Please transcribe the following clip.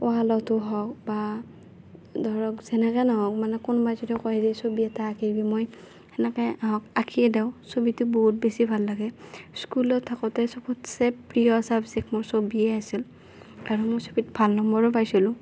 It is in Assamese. ৱালতো হওঁক বা ধৰক যেনেকৈ ন'হওঁক মানে কোনোবাই যদি কয় হেৰি ছবি এটা আঁকি দিবি মই সেনেকৈ হওঁক আঁকিয়ে দিওঁ ছবিটো বহুত বেছি ভাল লাগে স্কুলত থাকোঁতে চবতচে প্ৰিয় চাবজেক্ট মোৰ ছবিয়ে আছিল আৰু মোৰ ছবিত ভাল নম্বৰো পাইছিলোঁ